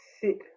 sit